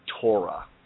Torah